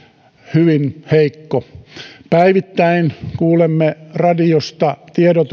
hyvin heikko päivittäin kuulemme radiosta